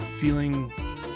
feeling